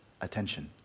attention